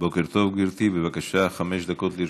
בוקר טוב, גברתי, בבקשה, חמש דקות לרשותך.